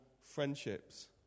friendships